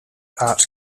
art